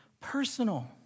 personal